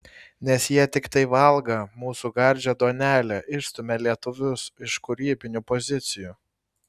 nes jie tiktai valgą mūsų gardžią duonelę išstumią lietuvius iš kūrybinių pozicijų